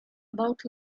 about